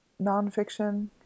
nonfiction